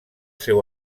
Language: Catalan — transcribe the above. seu